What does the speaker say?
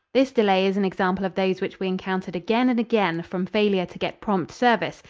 this delay is an example of those which we encountered again and again from failure to get prompt service,